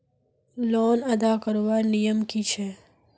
Loan अदा करवार नियम की छे?